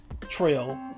Trail